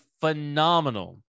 phenomenal